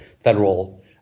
federal